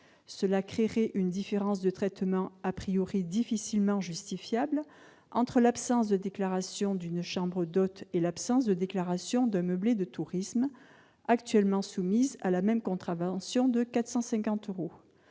cela créerait une différence de traitement difficilement justifiable entre l'absence de déclaration d'une chambre d'hôte et l'absence de déclaration d'un meublé de tourisme, actuellement soumises à la même contravention de 450 euros.